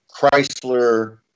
Chrysler